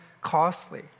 costly